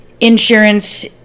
insurance